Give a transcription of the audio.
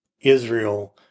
Israel